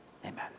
Amen